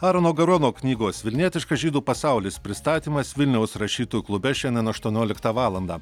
arono garono knygos vilnietiškas žydų pasaulis pristatymas vilniaus rašytojų klube šiandien aštuonioliktą valandą